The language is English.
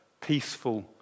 peaceful